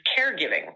caregiving